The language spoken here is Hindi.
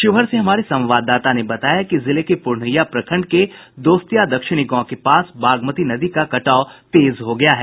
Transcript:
शिवहर से हमारे संवाददाता ने बताया कि जिले के प्रनहिया प्रखंड के दोस्तीया दक्षिणी गांव के पास बागमती नदी का कटाव तेज हो गया है